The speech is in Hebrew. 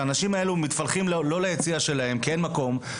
שהאנשים האלה מתפלחים לא ליציע שלהם כי אין מקום,